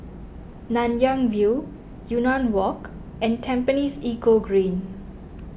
Nanyang View Yunnan Walk and Tampines Eco Green